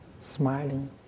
smiling